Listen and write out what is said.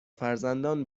فرزندان